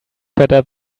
better